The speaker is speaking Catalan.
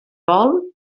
vol